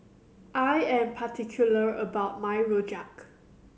I am particular about my Rojak